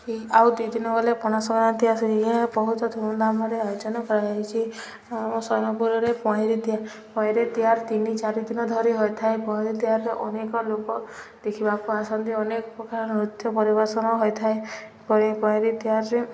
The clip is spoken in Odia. ଆଉ ଦୁଇ ଦିନ ଗଲେ ପଣାସଂକ୍ରାନ୍ତି ଆସେ ଏହା ବହୁତ ଧୁମ୍ଧାମ୍ରେ ଆୟୋଜନ କରାଯାଇଛିି ଆମ ସୋନପୁରରେ ପହଁରି ତିହାର୍ ପହଁରି ତିଆରି ତିନି ଚାରି ଦିନ ଧରି ହୋଇଥାଏ ପହଁରି ତିହାର୍ରେ ଅନେକ ଲୋକ ଦେଖିବାକୁ ଆସନ୍ତି ଅନେକ ପ୍ରକାର ନୃତ୍ୟ ପରିବେଷଣ ହୋଇଥାଏ ପହଁରି ତିହାର୍ରେ